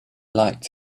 lights